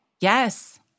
Yes